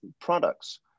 products